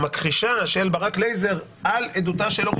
המכחישה של ברק לייזר על עדותה של לורי